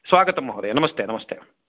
स्वागतम् महोदय नमस्ते नमस्ते